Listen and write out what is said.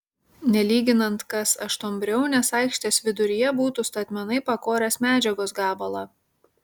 nelyginant kas aštuonbriaunės aikštės viduryje būtų statmenai pakoręs medžiagos gabalą